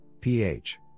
Ph